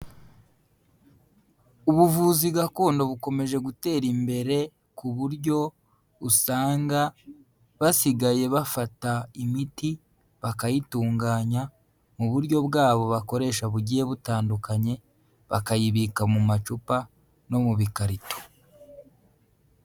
Ubuvuzi gakondo bukomeje gutera imbere ku buryo usanga basigaye bafata imiti bakayitunganya mu buryo bwabo bakoresha bugiye butandukanye, bakayibika mu macupa no mu bikarito.